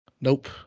nope